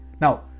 Now